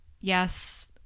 yes